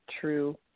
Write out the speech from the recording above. true